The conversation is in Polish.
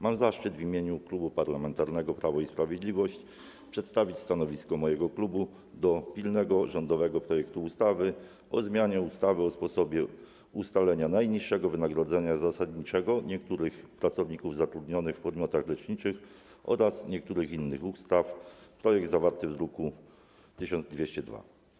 Mam zaszczyt w imieniu Klubu Parlamentarnego Prawo i Sprawiedliwość przedstawić stanowisko mojego klubu dotyczące pilnego rządowego projektu ustawy o zmianie ustawy o sposobie ustalania najniższego wynagrodzenia zasadniczego niektórych pracowników zatrudnionych w podmiotach leczniczych oraz niektórych innych ustaw, zawartego w druku nr 1202.